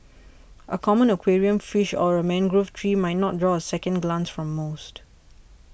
a common aquarium fish or a mangrove tree might not draw a second glance from most